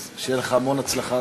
אז שיהיה לך המון הצלחה,